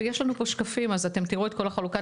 יש לנו פה שקפים אז אתם תראו את כל החלוקה,